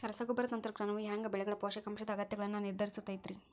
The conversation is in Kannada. ರಸಗೊಬ್ಬರ ತಂತ್ರಜ್ಞಾನವು ಹ್ಯಾಂಗ ಬೆಳೆಗಳ ಪೋಷಕಾಂಶದ ಅಗತ್ಯಗಳನ್ನ ನಿರ್ಧರಿಸುತೈತ್ರಿ?